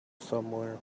somewhere